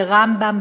ברמב"ם,